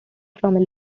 from